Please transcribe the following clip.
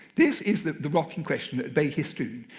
this is the the rock in question of behistun.